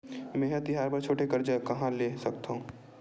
मेंहा तिहार बर छोटे कर्जा कहाँ ले सकथव?